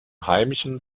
heimischen